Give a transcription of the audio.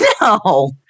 No